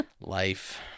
life